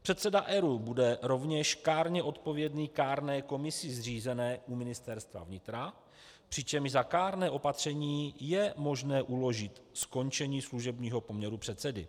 Předseda ERÚ bude rovněž kárně odpovědný kárné komise zřízené u Ministerstva vnitra, přičemž za kárné opatření je možné uložit skončení služebního poměru předsedy.